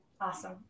awesome